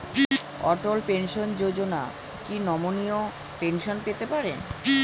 অটল pension Yojana কি নমনীয় pension পেতে পারে?